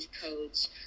codes